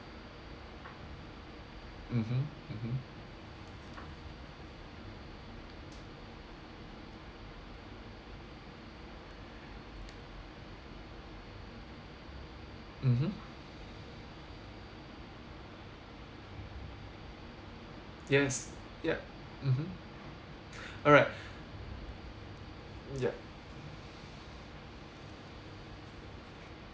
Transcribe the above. mmhmm mmhmm mmhmm yes yup mmhmm alright yup